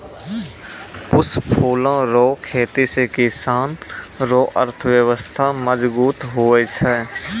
पुष्प फूलो रो खेती से किसान रो अर्थव्यबस्था मजगुत हुवै छै